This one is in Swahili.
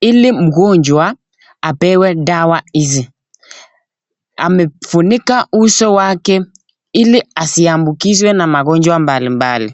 ili mgonjwa apewe dawa hizi. Amefunika uso wake ili asiambukizwe na magonjwa mbali mbali.